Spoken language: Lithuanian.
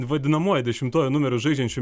vadinamuoju dešimtuoju numeriu žaidžiančiu